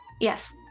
Yes